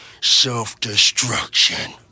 self-destruction